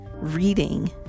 reading